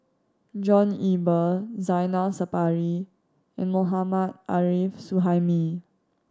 John Eber Zainal Sapari and Mohammad Arif Suhaimi